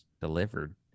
delivered